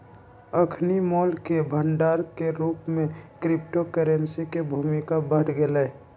अखनि मोल के भंडार के रूप में क्रिप्टो करेंसी के भूमिका बढ़ गेलइ